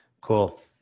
Cool